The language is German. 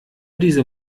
diese